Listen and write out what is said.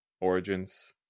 Origins